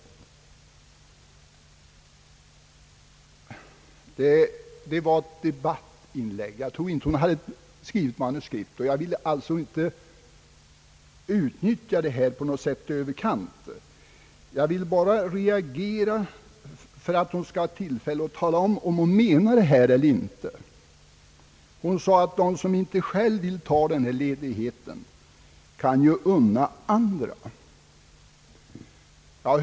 Hennes anförande var ett fritt debattinlägg — jag tror inte hon hade skrivit manuskript — och jag vill inte på något sätt utnyttja i överkant vad hon sagt. Jag reagerar för att fru Hamrin-Thorell skall få tillfälle att tala om vad hon egentligen menar. Hon sade, att de som inte själva vill ta den här ledigheten kan ju »unna andra att få den».